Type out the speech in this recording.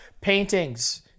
Paintings